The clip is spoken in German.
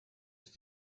ist